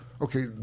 okay